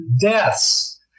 deaths